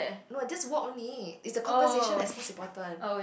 no just walk only it's the conversation that's the most important